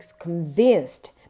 convinced